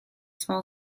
small